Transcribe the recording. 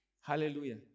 Hallelujah